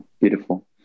Beautiful